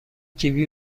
کیوی